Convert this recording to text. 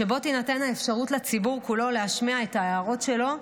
שבו תינתן האפשרות לציבור כולו להשמיע את ההערות שלו,